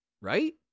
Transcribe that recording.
right